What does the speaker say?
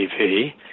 TV